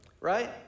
right